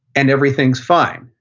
and everything's fine.